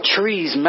trees